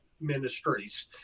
ministries